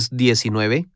diecinueve